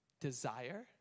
desire